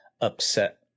upset